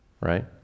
right